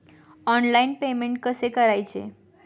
Online payment कसे करायचे?